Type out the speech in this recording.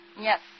Yes